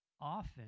often